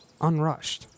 unrushed